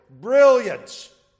brilliance